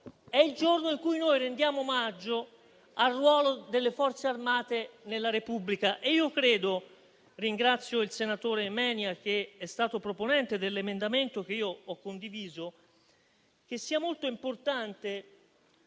È il giorno in cui noi rendiamo omaggio al ruolo delle Forze armate nella Repubblica. Credo - ringrazio il senatore Mania che è stato proponente dell'emendamento che io ho condiviso - che sia molto importante